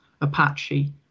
Apache